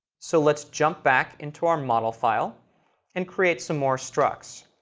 so let's jump back into our model file and create some more structs.